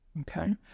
okay